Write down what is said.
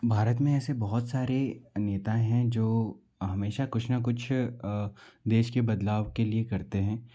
भारत में ऐसे बहोत सारे नेता हैं जो हमेशा कुछ ना कुछ देश के बदलाव के लिए करते हैं